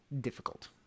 difficult